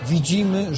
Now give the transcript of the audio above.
Widzimy